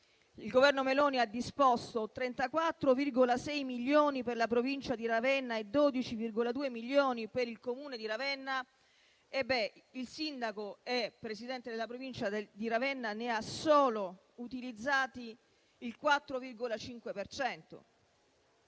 il Governo Meloni ha stanziato 34,6 milioni per la Provincia di Ravenna e 12,2 milioni per il Comune di Ravenna e il sindaco e il Presidente della Provincia di Ravenna ne hanno utilizzato solo il 4,5